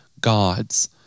gods